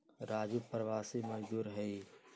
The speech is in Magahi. राजू प्रवासी मजदूर हई